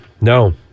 no